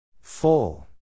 Full